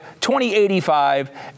2085